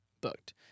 booked